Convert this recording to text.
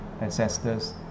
ancestors